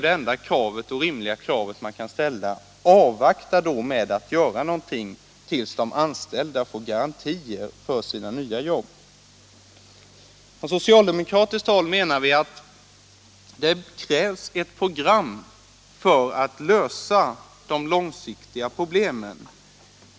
Det enda rimliga är då att man väntar med att göra någonting tills de anställda får garantier för nya jobb. Vi menar från socialdemokratiskt håll att det krävs ett program för att lösa de långsiktiga problemen.